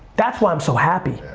that's why i'm so happy.